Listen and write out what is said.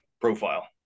profile